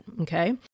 okay